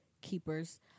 Keepers